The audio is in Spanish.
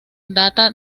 data